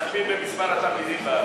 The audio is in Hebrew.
תכפיל במספר התלמידים בארץ.